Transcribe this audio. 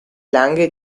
lange